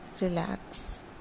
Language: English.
relax